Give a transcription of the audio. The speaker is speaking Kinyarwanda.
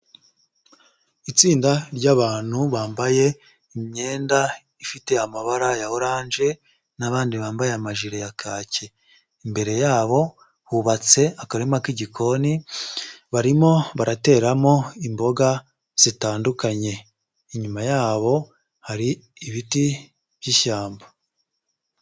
Itsinda ry'abantu bambaye imyenda ifite amabara ya oranje n'abandi bambaye amajire ya kake, imbere yabo hubatse akarima k'igikoni barimo barateramo imboga zitandukanye, inyuma yabo hari ibiti by'ishyamba.